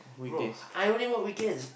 bro I only work weekends